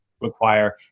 require